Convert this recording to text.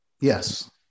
Yes